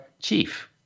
chief